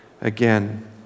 again